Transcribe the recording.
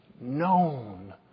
known